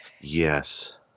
Yes